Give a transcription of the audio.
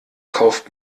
kauft